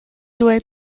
duei